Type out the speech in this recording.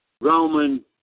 Roman